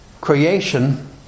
creation